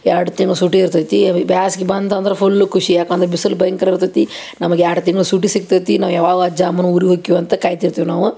ಎರಡು ತಿಂಗ್ಳು ಸೂಟಿ ಇರ್ತೈತಿ ಈ ಬ್ಯಾಸ್ಗೆ ಬಂತಂದ್ರೆ ಫುಲ್ ಖುಷಿ ಯಾಕಂದ್ರೆ ಬಿಸಲು ಭಯಂಕರ ಇರ್ತೈತಿ ನಮಿಗೆ ಎರಡು ತಿಂಗ್ಳು ಸೂಟಿ ಸಿಕ್ತೈತಿ ನಾವು ಯಾವಾಗ ಅಜ್ಜ ಅಮ್ಮನ ಊರಿಗೆ ಹೋಕಿವಿ ಅಂತ ಕಾಯ್ತಿರ್ತೀವಿ ನಾವು